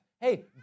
Hey